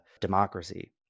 democracy